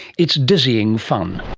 it's dizzying fun